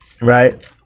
right